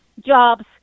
jobs